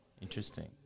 Interesting